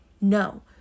no